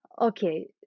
Okay